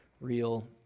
real